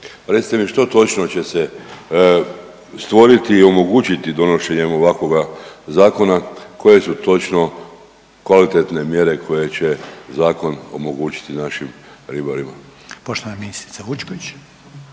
Recite mi što točno će se stvoriti i omogućiti donošenjem ovakvoga zakona? Koje su točno kvalitetne mjere koje će zakon omogućiti našim ribarima? **Reiner, Željko